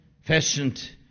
fashioned